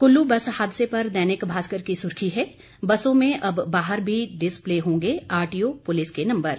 Kullu bus हादसे पर दैनिक भास्कर की सुर्खी है बसों में अब बाहर भी डिस्पले होंगे आरटीओ पुलिस के नंबर